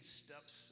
steps